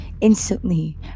instantly